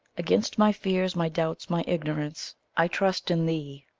against my fears, my doubts, my ignorance, i trust in thee,